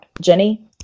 Jenny